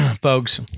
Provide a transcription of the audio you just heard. folks